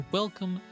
welcome